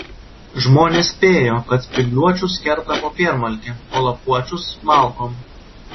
žmonės spėjo kad spygliuočius kerta popiermalkėm o lapuočius malkom